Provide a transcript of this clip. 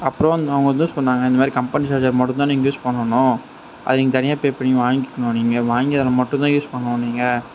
அப்புறம் அவங்க வந்து சொன்னாங்க இந்த மாதிரி கம்பெனி சார்ஜர் மட்டும் தான் நீங்கள் யூஸ் பண்ணணும் அது நீங்கள் தனியாக இப்போ நீங்கள் வாங்கிக்கணும் நீங்கள் வாங்கி அதை மட்டும் தான் யூஸ் பண்ணணும் நீங்கள்